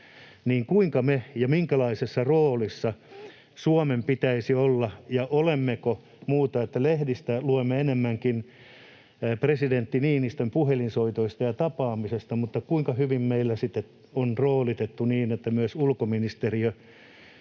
ja Suomen pitäisi olla tässä kaikessa ja olemmeko muuta. Lehdistä luemme enemmänkin presidentti Niinistön puhelinsoitoista ja tapaamisesta, mutta kuinka hyvin meillä on roolitettu niin, että myös ulkoministeriö